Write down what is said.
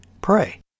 pray